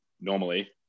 normally